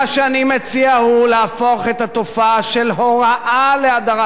מה שאני מציע הוא להפוך את התופעה של הוראה להדרת